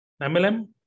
MLM